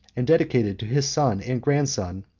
and dedicated to his son and grandson,